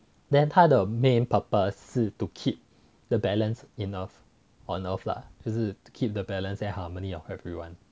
then 他的 main purpose is to keep the balance in earth on earth lah 就是 to keep the balance and harmony of everyone